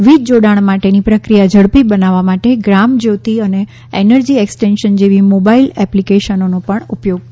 વીજ જોડાણ માટેની પ્રક્રિયા ઝડપી બનાવવા માટે ગામ જ્યોતિ અને એનર્જી એક્સ્ટેંશન જેવી મોબાઇલ એપ્લિકેશનોનો પણ ઉપયોગ કર્યો હતો